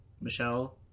Michelle